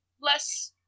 less